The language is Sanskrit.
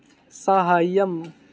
साहाय्यम्